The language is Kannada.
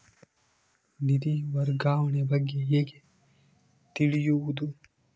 ನಿಧಿ ವರ್ಗಾವಣೆ ಬಗ್ಗೆ ಹೇಗೆ ತಿಳಿಯುವುದು?